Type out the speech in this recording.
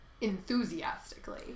enthusiastically